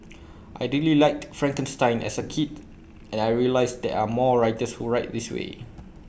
I really liked Frankenstein as A kid and I realised there are more writers who write this way